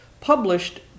published